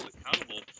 accountable